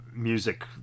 Music